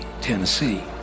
Tennessee